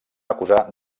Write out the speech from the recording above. acusar